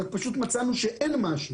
רק שלא מצאנו משהו.